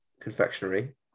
Confectionery